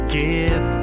give